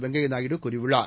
வெங்கய்ய நாயுடு கூறியுள்ளார்